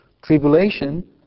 Tribulation